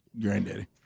Granddaddy